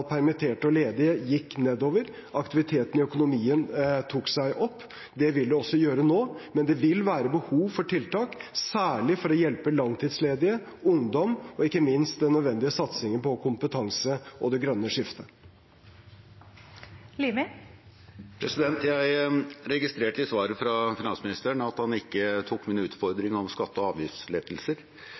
permitterte og ledige gikk nedover. Aktiviteten i økonomien tok seg opp. Det vil den også gjøre nå, men det vil være behov for tiltak, særlig for å hjelpe langtidsledige og ungdom, og ikke minst den nødvendige satsingen på kompetanse og det grønne skiftet. Jeg registrerte i svaret fra finansministeren at han ikke tok min utfordring om skatte- og avgiftslettelser.